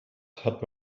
hat